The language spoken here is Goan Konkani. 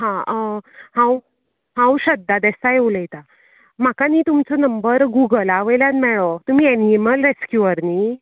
हा हांव हांव श्रद्धा देसाई उलयतां म्हाका न्ही तुमचो नंबर गुगला वयल्यान मेळ्ळो तुमी ऐनिमल रेसक्यूअर न्ही